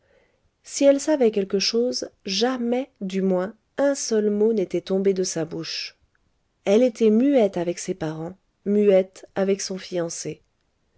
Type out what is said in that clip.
si elle savait quelque chose jamais du moins un seul mot n'était tombé de sa bouche elle était muette avec ses parents muette avec son fiancé